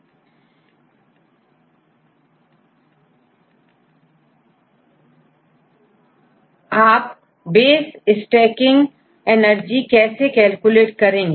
तो आपbase stacking energy कैसे कैलकुलेट करेंगे